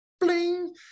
Bling